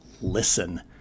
listen